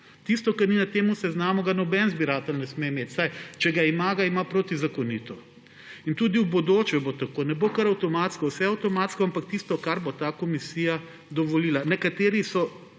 Tistega, kar ni na tem seznamu, noben zbiratelj ne sme imeti. Če ga ima, ga ima protizakonito. In tudi v bodoče bo tako. Ne bo kar vse avtomatsko, ampak tisto, kar bo ta komisija dovolila. Orožje je